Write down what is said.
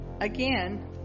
again